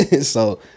So-